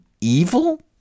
evil